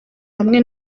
hamwe